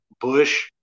Bush